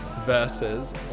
versus